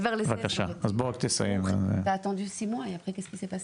בוא נעבור על הדברים שנאמרו שם בהקשר של משרד